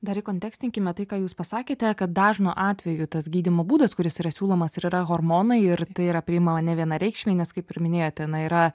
dar įkontekstinkime tai ką jūs pasakėte kad dažnu atveju tas gydymo būdas kuris yra siūlomas ir yra hormonai ir tai yra priimama nevienareikšmiai nes kaip ir minėjote na yra